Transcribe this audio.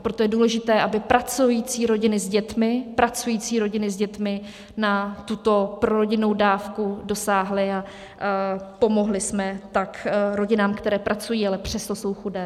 Proto je důležité, aby pracující rodiny s dětmi pracující rodiny s dětmi na tuto prorodinnou dávku dosáhly, a pomohli jsme tak rodinám, které pracují, ale přesto jsou chudé.